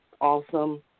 awesome